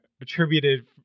attributed